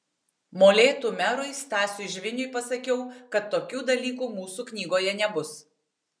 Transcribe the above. molėtų merui stasiui žviniui pasakiau kad tokių dalykų mūsų knygoje nebus